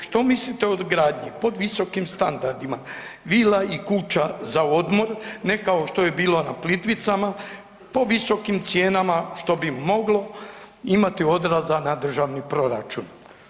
Što mislite o gradnji pod visokim standardima, vila i kuća za odmor, ne kao što je bila na Plitvicama, po visokim cijenama što bi moglo imati odraza na državni proračun?